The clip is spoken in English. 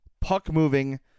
puck-moving